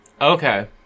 Okay